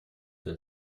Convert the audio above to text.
для